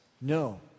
No